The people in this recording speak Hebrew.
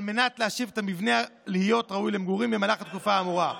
מנת להשיב את המבנה להיות ראוי למגורים במהלך התקופה האמורה.